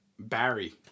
Barry